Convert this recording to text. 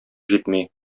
җитми